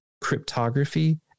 cryptography